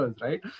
right